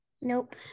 Nope